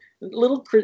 little